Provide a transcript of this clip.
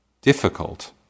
difficult